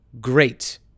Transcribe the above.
great